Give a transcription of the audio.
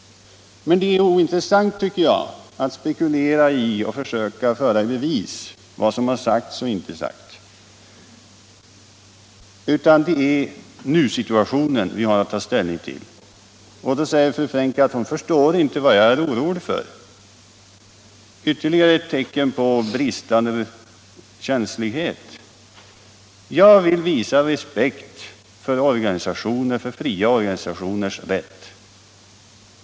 Men det är ointressant, tycker jag, att spekulera i och försöka leda i bevis vad som har sagts och inte sagts — det är nusituationen som vi har att ta ställning till. Då säger fru Frenkel att hon förstår inte vad jag är orolig för. Det är ytterligare ett tecken på bristande känslighet. Jag vill visa respekt för fria organisationers rätt.